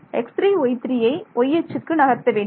x3 y3ஐ Y அச்சுக்கு நகர்த்த வேண்டும்